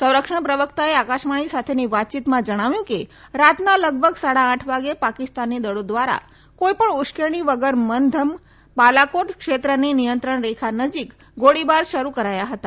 સંરક્ષણ પ્રવકતાએ આકાશવાણી સાથેની વાતચીતમાં જણાવ્યું કે રાતના લગભગ સાડા આઠ વાગે પાકિસ્તાની દળો ધ્વારા કોઇપણ ઉશ્કેરણી વગર મનધમના બાલાકોટ ક્ષેત્રની નિયંત્રણ રેખા નજીક ગોળીબાર શરૂ કરાયા હતા